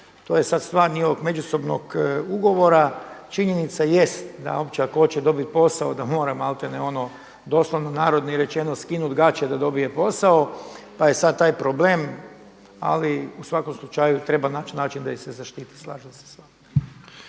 to je sada stvar njihovog međusobnog ugovora. Činjenica jest da uopće ako hoće dobiti posao da mora maltere ono doslovno narodni rečeno skinuti gače da dobije posao pa je sada taj problem, ali u svakom slučaju treba naći način da ih se zaštiti, slažem se s vama.